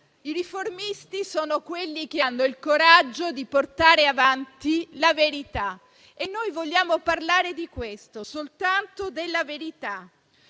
i riformisti sono quelli che hanno il coraggio di portare avanti la verità. E noi vogliamo parlare di questo, soltanto della verità,